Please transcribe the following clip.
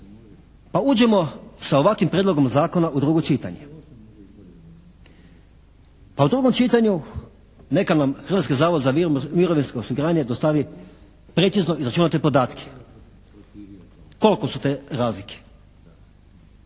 pa uđimo sa ovakvim prijedlogom zakona u drugo čitanje. A u drugom čitanju neka nam Hrvatski zavod za mirovinsko osiguranje dostavi precizno izračunate podatke, koliko su te razlike.